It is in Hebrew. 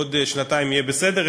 שבעוד שנתיים יהיה בסדר,